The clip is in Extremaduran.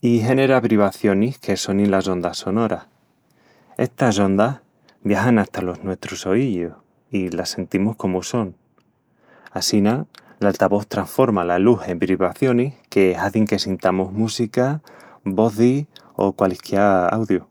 i genera brivacionis que sonin las ondas sonoras. Estas ondas viajan hata los nuestrus oíyíus i las sentimus comu son. Assina, l'altavós trasforma la lus en brivacionis que hazin que sintamus música, vozis o qualisquiá audiu.